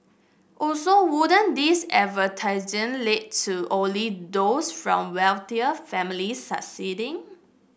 also wouldn't this lead to only those from wealthier families succeeding